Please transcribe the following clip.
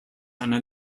einer